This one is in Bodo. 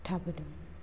थाबोदों